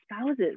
spouses